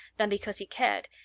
than because he cared,